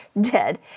Dead